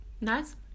Nice